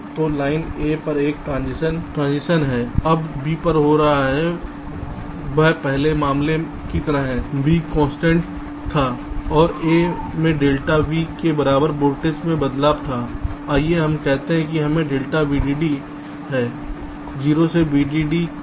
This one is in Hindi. तो लाइन A पर एक ट्रांजीशन है अब जो B हो रहा है वह पहले मामले की तरह है B कांस्टेंट था और A में डेल्टा V के बराबर वोल्टेज में बदलाव था आइए हम कहते हैं हमें डेल्टा VDD है 0 से VDD में यह बदल रहा था